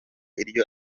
iryo